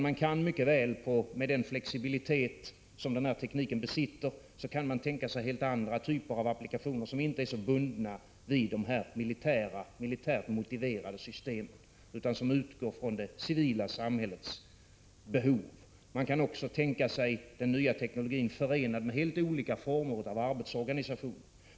Man kan mycket väl med den flexibilitet som den här tekniken besitter tänka sig helt andra typer av applikationer, som inte är så bundna vid de militärt motiverade systemen, utan som utgår ifrån det civila samhällets behov. Man kan också tänka sig den nya teknologin förenad med helt olika former av arbetsorganisation.